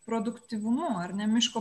produktyvumu ar ne miško